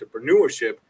entrepreneurship